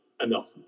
enough